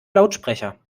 lautsprecher